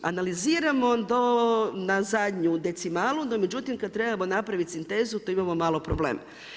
Analiziramo do na zadnju decimalu, no međutim kad trebamo napravit sintezu, tu imamo malo problem.